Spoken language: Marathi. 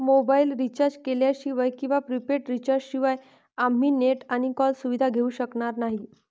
मोबाईल रिचार्ज केल्याशिवाय किंवा प्रीपेड रिचार्ज शिवाय आम्ही नेट आणि कॉल सुविधा घेऊ शकणार नाही